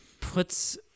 puts